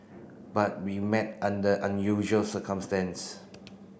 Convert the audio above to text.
but we met under unusual circumstance